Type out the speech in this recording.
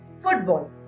football